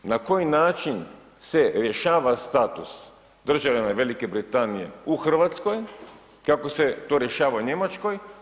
Na koji način se rješava status državljana Velike Britanije u Hrvatskoj, kako se to rješava u Njemačkoj?